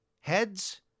heads